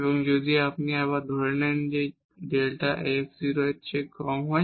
এবং যদি আপনি আবার ধরে নেন যদি Δ f 0 এর চেয়ে কম হয়